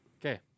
Okay